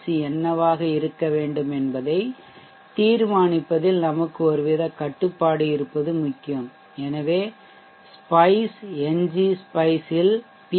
C என்னவாக இருக்க வேண்டும் என்பதை தீர்மானிப்பதில் நமக்கு ஒருவித கட்டுப்பாடு இருப்பது முக்கியம் எனவே ஸ்பைஷ் என்ஜி ஸ்பைஷ் இல் பி